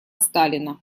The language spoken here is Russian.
сталина